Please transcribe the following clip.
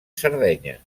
sardenya